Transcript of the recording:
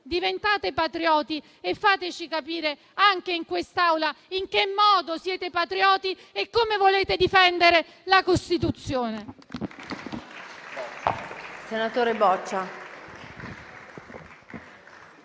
Diventate patrioti e fateci capire anche in quest'Aula in che modo siete patrioti e come volete difendere la Costituzione.